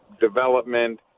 development